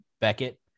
Beckett